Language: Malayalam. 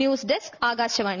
news desk Akashvani